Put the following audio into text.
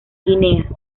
guinea